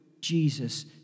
Jesus